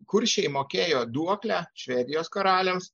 kuršiai mokėjo duoklę švedijos karaliams